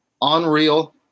Unreal